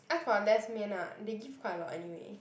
ask for less 面 lah they give quite a lot anyway